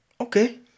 Okay